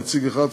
נציג אחד,